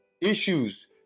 issues